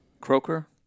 Croker